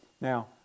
Now